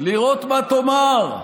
לראות מה תאמר,